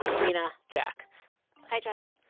lina, jack hi, jack